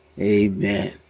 Amen